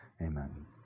Amen